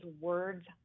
words